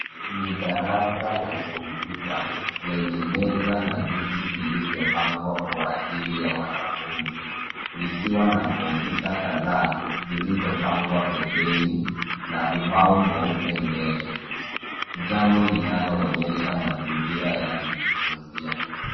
Ni darasa la kompyuta lenye meza na viti vilivyopangwa kwa ajili ya wanafunzi likiwa na kompyuta kadhaa zilizopangwa pembeni na ubao mweupe mbele. Jambo linaloonyesha mazingira ya kujifunzia.